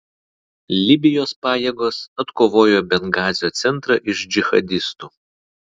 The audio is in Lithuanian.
libijos pajėgos atkovojo bengazio centrą iš džihadistų